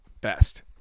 best